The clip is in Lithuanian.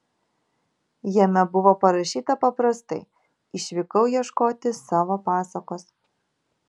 jame buvo parašyta paprastai išvykau ieškoti savo pasakos